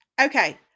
okay